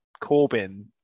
Corbin